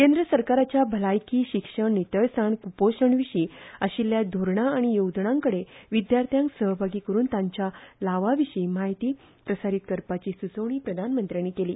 केंद्र सरकाराच्या भलायकी शिक्षण नितळसाण कुपोशणा विशीं आशिल्ल्या धोरणां आनी येवजण्यांकडे विद्यार्थ्यांक सहभागी करून तांच्या लावा विशीं म्हायती प्रसारीत करपाची सूचोवणी प्रधनमंत्र्यांनी केली